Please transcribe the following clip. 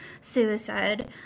suicide